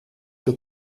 der